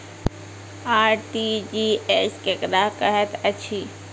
RTGS केकरा कहैत अछि?